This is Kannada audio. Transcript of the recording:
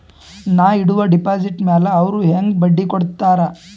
ನಾ ಇಡುವ ಡೆಪಾಜಿಟ್ ಮ್ಯಾಲ ಅವ್ರು ಹೆಂಗ ಬಡ್ಡಿ ಕೊಡುತ್ತಾರ?